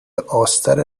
آستر